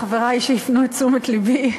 חברי שהפנו את תשומת לבי,